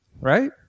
right